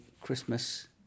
Christmas